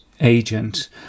agent